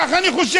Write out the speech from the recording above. כך אני חושב,